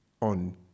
on